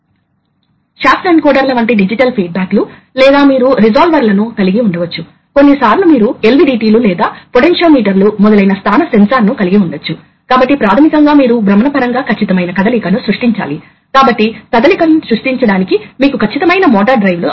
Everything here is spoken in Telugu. కాబట్టి దీని తరువాత ఛాంబర్ లో నెమ్మదిగా ప్రెషర్ పెరుగుతుంది మరియు తరువాత అది వాల్వ్ను మారుస్తుంది అప్పుడు అది స్పూల్ పై ప్రెషర్ ని వర్తిస్తుంది మరియు అది వాల్వ్ను మారుస్తుంది కాబట్టి ఇది టైం డిలే ని సృష్టించే ప్రాథమిక విధానం